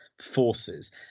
forces